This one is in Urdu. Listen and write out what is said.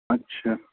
اچھا